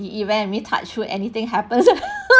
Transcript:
the event I mean touch wood anything happens